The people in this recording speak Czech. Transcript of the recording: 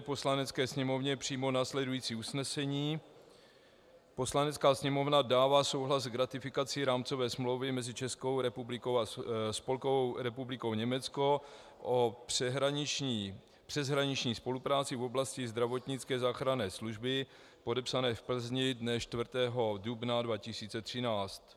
Poslanecké sněmovně přijmout následující usnesení: Poslanecká sněmovna dává souhlas k ratifikaci Rámcové smlouvy mezi Českou republikou a Spolkovou republikou Německo o přeshraniční spolupráci v oblasti zdravotnické záchranné služby podepsané v Plzni dne 4. dubna 2013.